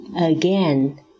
again